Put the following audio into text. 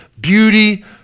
Beauty